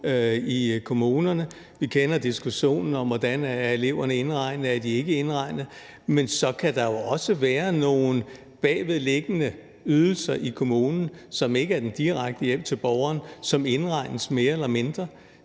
i kommunerne. Vi kender det fra diskussionen, om eleverne er indregnet eller ikke indregnet. Men så kan der jo også være nogle bagvedliggende ydelser i kommunen, som ikke er den direkte hjælp til borgeren, og som indregnes mere eller mindre.